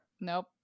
Nope